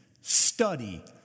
Study